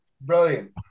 Brilliant